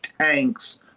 tanks